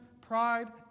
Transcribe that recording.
pride